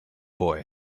boy